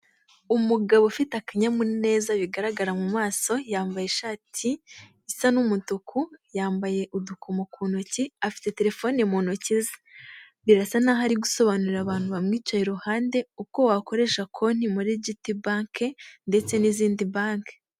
Umugabo ufite akanyamuneza bigaragara mu maso, yambaye ishati isa n'umutuku, yambaye udukomo ku ntoki, afite terefone mu ntoki ze, birasa n'aho ari gusobanurira abantu bamwicaye iruhande uko wakoresha konti muri jiti banke ndetse n'izindi banke.